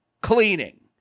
Cleaning